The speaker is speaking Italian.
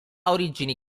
origini